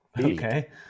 okay